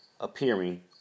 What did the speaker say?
appearing